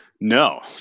No